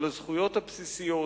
על הזכויות הבסיסיות,